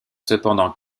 cependant